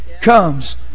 comes